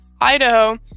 Idaho